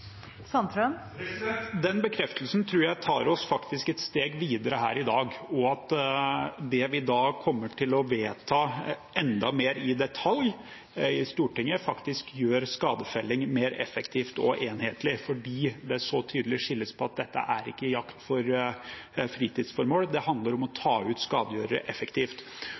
Den bekreftelsen tror jeg faktisk tar oss et steg videre her i dag, og at det vi kommer til å vedta enda mer i detalj i Stortinget, faktisk gjør skadefellingen mer effektiv og enhetlig, fordi det så tydelig skilles på at dette ikke er jakt for fritidsformål, det handler om å ta ut skadegjørere effektivt.